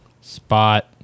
spot